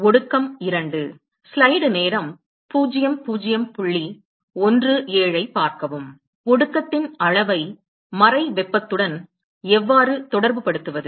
ஒடுக்கத்தின் அளவை மறை வெப்பத்துடன் எவ்வாறு தொடர்புபடுத்துவது